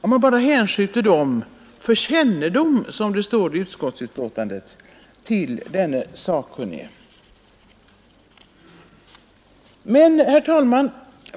Man hänskjuter också dessa, som det står i betänkandet, för kännedom till denne sakkunnige. Herr talman!